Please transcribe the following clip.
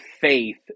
faith